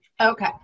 Okay